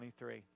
23